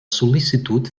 sol·licitud